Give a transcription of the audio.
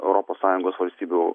europos sąjungos valstybių